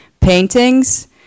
paintings